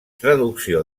traducció